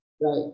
Right